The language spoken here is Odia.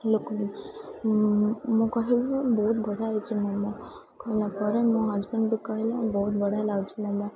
ଲୋକଙ୍କୁ ମୁଁ କହିଲି ବହୁତ ବଢ଼ିଆ ହେଇଛି ମୋମୋ କହିଲା ପରେ ମୋ ହଜବେଣ୍ଡ ବି କହିଲେ ବହୁତ ବଢ଼ିଆ ଲାଗୁଛି ମୋମୋ